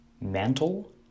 mantle